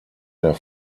der